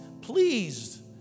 pleased